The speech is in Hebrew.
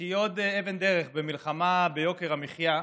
שהיא עוד אבן דרך במלחמה ביוקר המחיה,